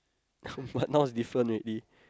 but now is different already